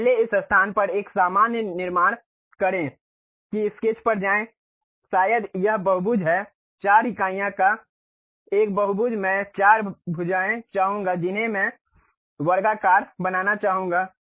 तो पहले इस स्थान पर एक सामान्य निर्माण करें कि स्केच पर जाएं शायद यह बहुभुज है 4 इकाइयों का एक बहुभुज मैं चार भुजाएँ चाहूँगा जिन्हें मैं वर्गाकार बनाना चाहूँगा